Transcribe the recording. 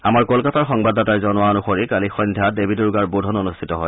আমাৰ কলকাতাৰ সংবাদদাতাই জনোৱা অনুসৰি কালি সন্ধ্যা দেৱী দুৰ্গাৰ বোধন অনুষ্ঠিত হয়